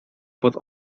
pod